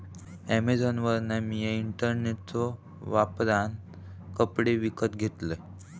अॅमेझॉनवरना मिया इंटरनेट वापरान कपडे विकत घेतलंय